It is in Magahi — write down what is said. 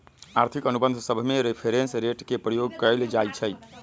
आर्थिक अनुबंध सभमें रेफरेंस रेट के प्रयोग कएल जाइ छइ